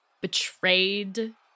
betrayed